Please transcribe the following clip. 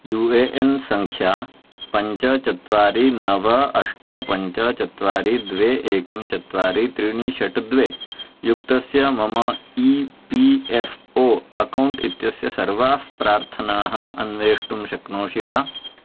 you A N सङ्ख्या पञ्च चत्वारि नव अष्ट पञ्च चत्वारि द्वे एकं चत्वारि त्रीणि षट् द्वे युक्तस्य मम E P F O account इत्यस्य सर्वाः प्रार्थनाः अन्वेष्टुं शक्नोषि वा